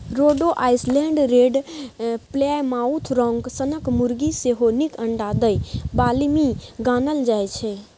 रोडे Island Red, Plymouth Rock सनक मुरगी सेहो नीक अंडा दय बालीमे गानल जाइ छै